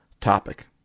topic